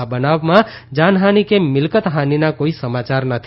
આ બનાવમાં જાનહાની કે મિલકત હાનીના કોઇ સમાચાર નથી